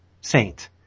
Saint